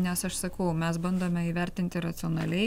nes aš sakau mes bandome įvertinti racionaliai